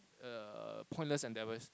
err pointless endeavours